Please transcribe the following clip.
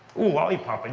lollipop! and